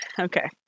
Okay